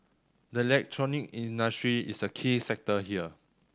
the electronics industry is a key sector here